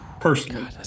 personally